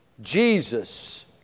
Jesus